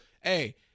hey